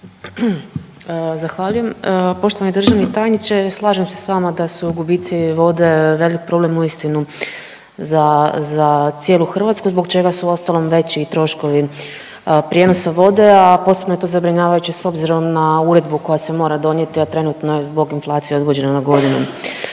Zahvaljujem. Poštovani državni tajniče, slažem se s vama da su gubici vode velik problem uistinu za cijelu Hrvatsku, zbog čega su, uostalom veći i troškovi prijenosa vode, a posebno je to zabrinjavajuće s obzirom na uredbu koja se mora donijeti, a trenutno je zbog inflacije odgođena na godinu,